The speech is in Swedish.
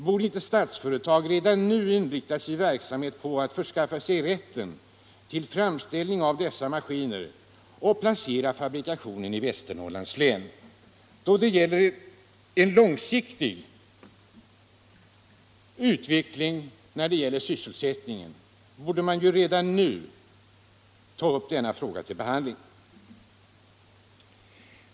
Borde inte Statsföretag redan nu inrikta sin verksamhet på att förskaffa sig rätten till framställning av dessa maskiner och placera fabrikationen i Västernorrlands län? Eftersom det här gäller en långsiktig utveckling i fråga om sysselsättningen borde man redan nu ta upp denna fråga till behandling.